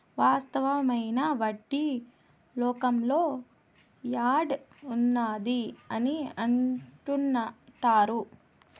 వాస్తవమైన వడ్డీ లోకంలో యాడ్ ఉన్నది అని అంటుంటారు